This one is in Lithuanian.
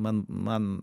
man man